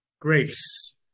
grace